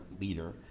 leader